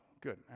good